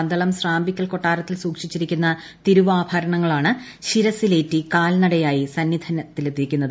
പന്തളം സ്രാമ്പിക്കൽ കൊട്ടാരത്തിൽ സൂക്ഷിച്ചിരിക്കുന്ന തിരുവാഭരണങ്ങളാണ് ശിരസിലേറ്റി കാൽനടയായി സന്നിധാനത്തെത്തിക്കുന്നത്